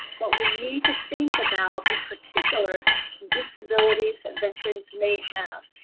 what we need to think about in particular disabilities that veterans may have.